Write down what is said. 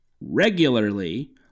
regularly